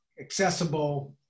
accessible